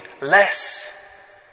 less